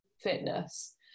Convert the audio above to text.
fitness